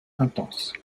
intense